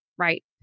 Right